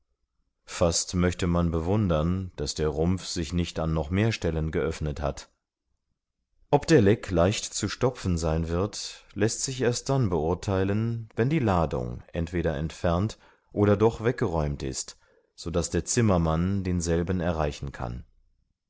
fast möchte man bewundern daß der rumpf sich nicht an noch mehr stellen geöffnet hat ob der leck leicht zu stopfen sein wird läßt sich erst dann beurtheilen wenn die ladung entweder entfernt oder doch weggeräumt ist so daß der zimmermann denselben erreichen kann